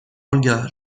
olga